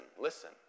listen